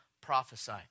prophesy